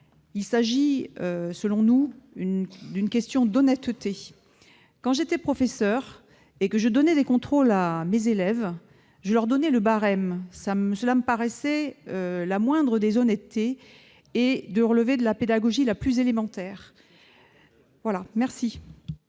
Il s'agit, selon nous, d'une question d'honnêteté. Quand j'étais professeur et que je donnais des contrôles à mes élèves, je leur communiquais le barème. Cela me paraissait relever de la moindre des honnêtetés et de la pédagogie la plus élémentaire. Quel est